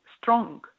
strong